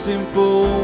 simple